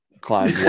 climb